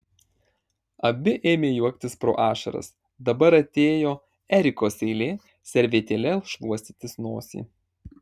abi ėmė juoktis pro ašaras dabar atėjo erikos eilė servetėle šluostytis nosį